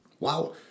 Wow